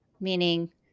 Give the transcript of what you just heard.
meaning